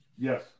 Yes